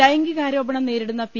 ലൈംഗികാരോപണം നേരിടുന്ന പി